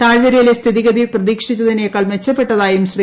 താഴ്വരയിലെ സ്ഥിതിഗതി പ്രതീക്ഷിച്ചതിനേക്കാൾ മെച്ചപ്പെട്ടതായും ശ്രീ